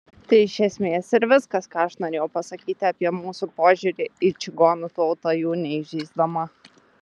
tai iš esmės ir viskas ką aš norėjau pasakyti apie mūsų požiūrį į čigonų tautą jų neįžeisdama